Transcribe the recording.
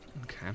Okay